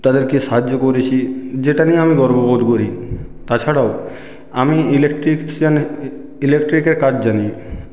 তাদেরকে সাহায্য করেছি যেটা নিয়ে আমি গর্ববোধ করি তাছাড়াও আমি ইলেকট্রিকশিয়ান ইলেকট্রিকের কাজ জানি